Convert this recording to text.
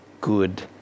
good